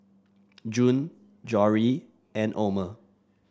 June Jory and Omer